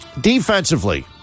Defensively